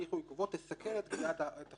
ההליך או עיכובו תסכל את גביית החוב".